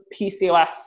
PCOS